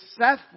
seth